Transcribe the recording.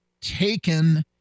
taken